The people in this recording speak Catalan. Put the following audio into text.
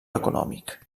econòmic